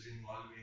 involving